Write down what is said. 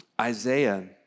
Isaiah